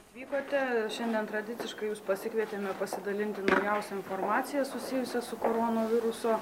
atvykote šiandien tradiciškai jus pasikvietėme pasidalinti naujausia informacija susijusia su koronaviruso